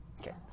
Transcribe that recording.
Okay